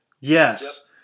Yes